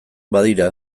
badira